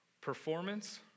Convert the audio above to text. performance